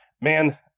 man